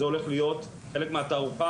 זה הולך להיות חלק מהתערוכה?',